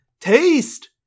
Taste